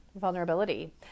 vulnerability